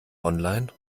online